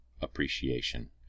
appreciation